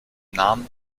namen